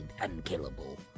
unkillable